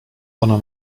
ona